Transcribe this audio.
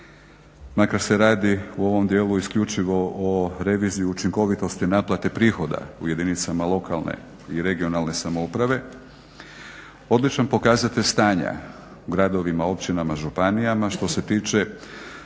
makar se radi u ovom djelu isključivo o reviziji učinkovitosti naplate prihoda u jedinicama lokalne i regionalne samouprave, odličan pokazatelj stanja u gradovima, općinama, županijama što se tiče